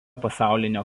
pasaulio